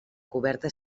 coberta